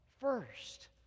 first